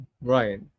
Right